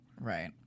Right